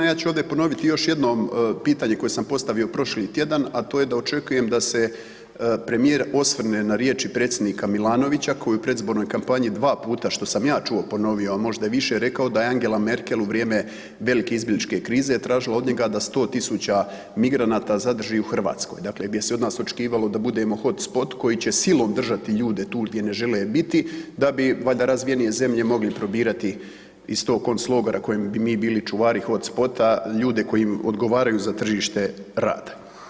Ja ću ovdje ponoviti još jednom pitanje koje sam postavio prošli tjedan, a to je da očekujem da se premijer osvrne na riječi predsjednika Milanovića koji je u predizbornoj kampanji dva puta, što sam ja čuo, ponovio, a možda i više rekao da je Angela Merkel u vrijem velike izbjegličke krize tražila od njega da 100.000 migranata zadrži u Hrvatskoj, dakle gdje se od nas očekivalo da budemo hotspot koji će silom držati ljude tu gdje ne žele biti, da bi valjda razvijenije zemlje mogle probirati iz tog konc logora kojim mi bili čuvari hotspota ljude koji im odgovaraju za tržište rada.